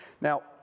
Now